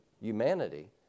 humanity